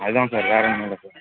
அதுதான் சார் வேறு ஒன்றும் இல்லை சார்